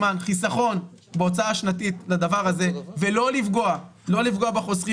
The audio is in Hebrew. חיסכון בהוצאה השנתית לדבר הזה ולא לפגוע בחוסכים